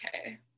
okay